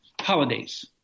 Holidays